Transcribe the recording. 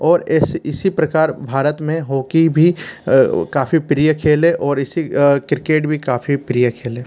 और ऐसी इसी प्रकार भारत मे हॉकी भी काफ़ी प्रिय खेल है और इसी क्रिकेट भी काफ़ी प्रिय खेल है